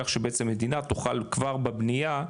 כך שבעצם המדינה תוכל כבר בבנייה,